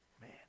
Man